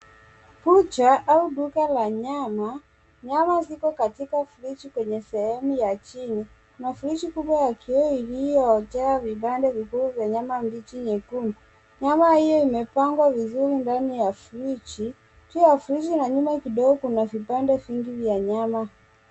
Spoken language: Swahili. Butcher au duka la nyama. Nyama ziko katika friji kwenye sehemu ya chini. Kuna friji kubwa ya kioo iliyojaa vipande vikubwa vya nyama mbichi nyekundu. Nyama hiyo imepangwa vizuri ndani ya friji. Juu ya friji na nyuma kidogo kuna vipande vingi vya nyama.